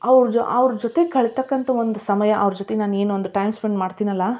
ಅವ್ರ ಜೊ ಅವ್ರ ಜೊತೆ ಕಲಿತಕ್ಕಂಥ ಒಂದು ಸಮಯ ಅವ್ರ ಜೊತೆ ನಾನು ಏನೋ ಒಂದು ಟೈಮ್ ಸ್ಪೆಂಡ್ ಮಾಡ್ತೀನಲ್ಲ